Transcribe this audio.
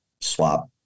swap